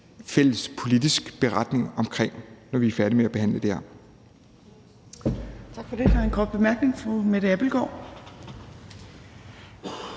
fælles politisk beretning om det, når vi er færdige med at behandle det.